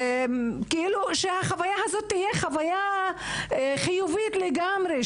שהחוויה הזאת תהיה חיובית לגמרי,